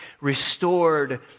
restored